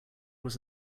was